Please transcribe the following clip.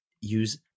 use